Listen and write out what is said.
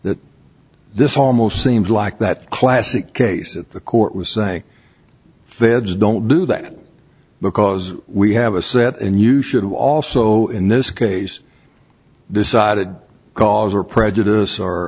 that this almost seems like that classic case of the court was saying feds don't do that because we have a set and you should also in this case decided cause or prejudice